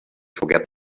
forget